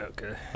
Okay